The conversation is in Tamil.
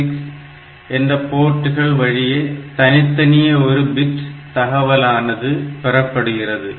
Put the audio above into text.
6 என்ற போர்டுகள் வழியே தனித்தனியே ஒரு பிட் தகவலானது பெறப்படுகிறது